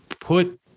put